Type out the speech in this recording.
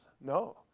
No